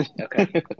okay